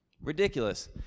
ridiculous